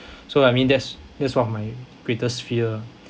so I mean that's that's one of my greatest fear